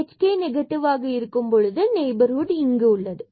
h k ஆகியவை negative ஆக இருக்கும்போது நெய்பர்ஹுட் இங்கு உள்ளது